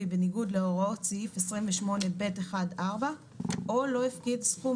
בניגוד להוראות סעיף 28ב'1/4 או לא הפקיד סכום